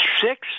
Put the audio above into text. six